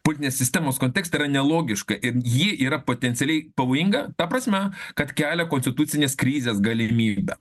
putnią sistemos kontekste yra nelogiška ir ji yra potencialiai pavojinga ta prasme kad kelia konstitucinės krizės galimybę